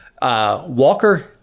Walker